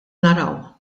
naraw